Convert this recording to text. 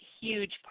huge